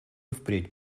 впредь